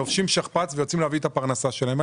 לובשים שכפ"ץ ויוצאים להביא את הפרנסה שלהם.